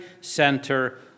center